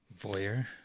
Voyeur